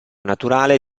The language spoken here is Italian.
naturale